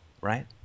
right